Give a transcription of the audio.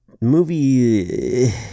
Movie